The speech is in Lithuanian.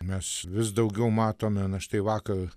mes vis daugiau matome na štai vakar